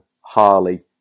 Harley